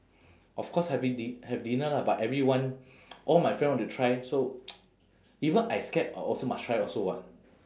of course having di~ have dinner lah but everyone all my friend want to try so even I scared also must try also [what]